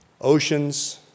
Oceans